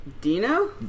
Dino